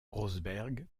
rosberg